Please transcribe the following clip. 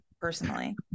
personally